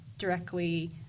directly